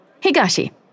Higashi